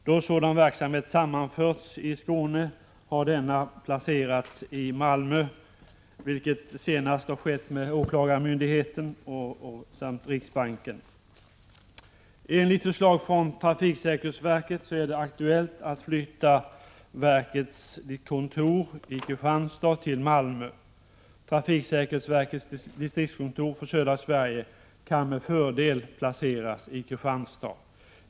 Då sådan verksamhet sammanförts i Skåne har den placerats i Malmö, vilket senast har skett med åklagarmyndigheten samt riksbanken. Enligt förslag från trafiksäkerhetsverket är det aktuellt att flytta verkets kontor i Kristianstad till Malmö. Trafiksäkerhetsverkets distriktskontor för södra Sverige kan med fördel placeras i Kristianstad.